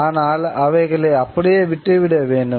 ஆனால் அவைகளை அப்படியே விட்டுவிட வேண்டும்